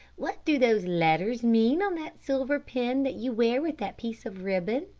what do those letters mean on that silver pin that you wear with that piece of ribbon?